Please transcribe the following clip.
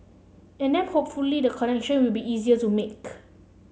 and then hopefully the connection will be easier to make